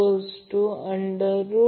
तर म्हणजे याचा अर्थ असा आहे हे Van आहे